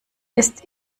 ist